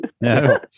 No